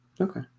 Okay